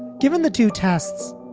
given the two tests.